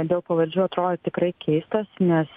dėl pavardžių atrodo tikrai keistas nes